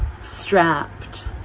strapped